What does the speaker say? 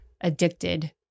addicted